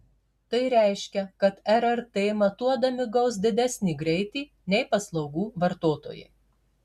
tai reiškia kad rrt matuodami gaus didesnį greitį nei paslaugų vartotojai